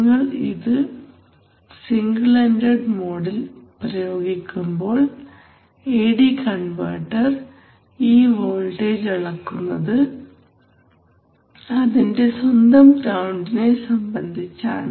നിങ്ങൾ ഇത് single ended മോഡിൽ പ്രയോഗിക്കുമ്പോൾ എഡി കൺവെർട്ടർ ഈ വോൾട്ടേജ് അളക്കുന്നത് അതിന്റെ സ്വന്തം ഗ്രൌണ്ടിനെ സംബന്ധിച്ചാണ്